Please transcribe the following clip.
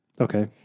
Okay